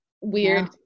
weird